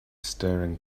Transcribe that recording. staring